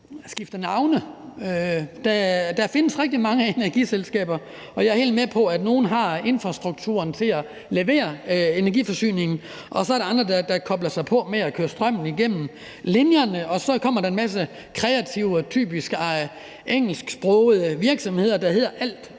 Der findes rigtig mange energiselskaber, og jeg er helt med på, at nogle har infrastrukturen til at levere energiforsyningen, og at der så er andre, der kobler sig på med at køre strømmen igennem linjerne, og så kommer der en masse kreative, typisk engelsksprogede, virksomheder, der hedder